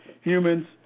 Humans